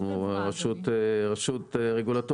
אנחנו רשות רגולטורית.